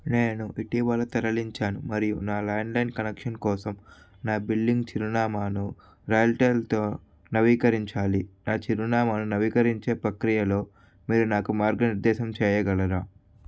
నేను ఇటీవల తరలించాను మరియు నా ల్యాండ్లైన్ కనెక్షన్ కోసం నా బిల్లింగ్ చిరునామాను రైల్టెల్తో నవీకరించాలి నా చిరునామాను నవీకరించే ప్రక్రియలో మీరు నాకు మార్గనిర్దేశం చేయగలరా